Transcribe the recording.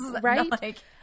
Right